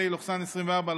פ/895/24,